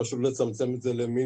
פשוט לצמצם את זה למינימום,